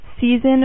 Season